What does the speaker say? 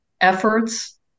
efforts